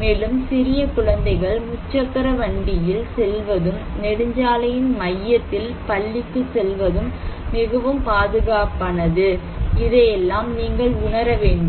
மேலும் சிறிய குழந்தைகள் முச்சக்கர வண்டியில் செல்வதும் நெடுஞ்சாலையின் மையத்தில் பள்ளிக்குச் செல்வதும் மிகவும் பாதுகாப்பானது இதையெல்லாம் நீங்கள் உணர வேண்டும்